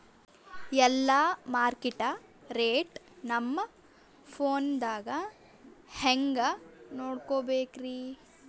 ಎಲ್ಲಾ market rate ನಮ್ ಫೋನದಾಗ ಹೆಂಗ ನೋಡಕೋಬೇಕ್ರಿ?